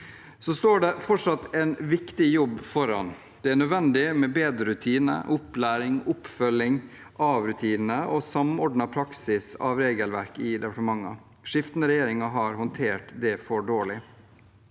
Det står fortsatt en viktig jobb foran oss. Det er nødvendig med bedre rutiner, opplæring, oppfølging av rutiner og samordnet praksis av regelverket i departementene. Skiftende regjeringer har håndtert det for dårlig.